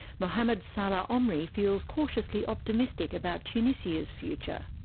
mohamed-salah omri feels cautiously optimistic about tunisia's future.